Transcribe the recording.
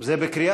ציבורית),